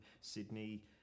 Sydney